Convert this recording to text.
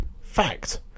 fact